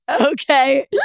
okay